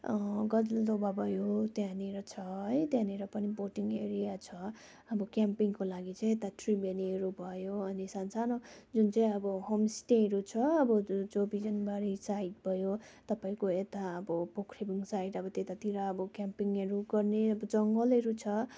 गजलडुबा भयो त्यहाँनेर छ है त्यहाँनेर पनि बोटिङ एरिया छ अब क्याम्पिङको लागि चाहिँ यता त्रिवेणीहरू भयो अनि सान्सानो जुन चाहिँ अब होमस्टेहरू छ अब जुन बिजनबारी साइड भयो तपाईँको यता अब पोख्रेबुङ साइड अब त्यतातिर अब क्यम्पिङहरू गर्ने अब जङ्गलहरू छ